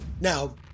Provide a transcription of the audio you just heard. Now